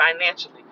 financially